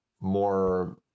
more